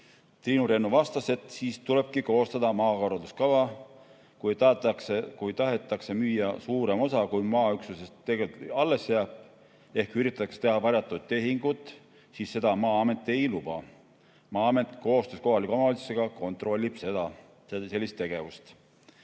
Triinu Rennu vastas, et siis tulebki koostada maakorralduskava. Kui tahetakse müüa suurem osa, kui maaüksusest alles jääb, ehk üritatakse teha varjatud tehingut, siis seda Maa-amet ei luba. Maa-amet koostöös kohalike omavalitsustega kontrollib sellist tegevust.